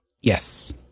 yes